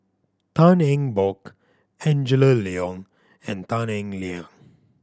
Tan Eng Bock Angela Liong and Tan Eng Liang